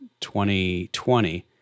2020